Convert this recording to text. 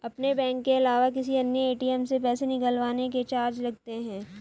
अपने बैंक के अलावा किसी अन्य ए.टी.एम से पैसे निकलवाने के चार्ज लगते हैं